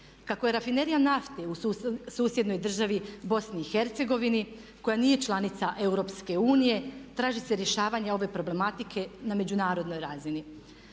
Kako je rafinerija nafte u susjednoj državi Bosni i Hercegovini koja nije članica EU traži se rješavanje ove problematike na međunarodnoj razini.